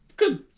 good